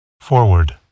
Forward